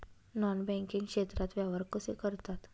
Non banking क्षेत्रात व्यवहार कसे करतात?